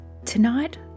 Tonight